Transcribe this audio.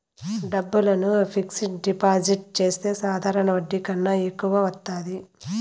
డబ్బులను fixed deposit చేస్తే సాధారణ వడ్డీ కన్నా ఎక్కువ వత్తాది